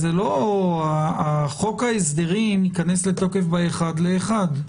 חוק ההסדרים ייכנס לתוקף ב-1 בינואר.